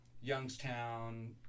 Youngstown